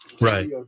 right